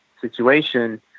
situation